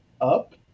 up